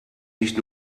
nicht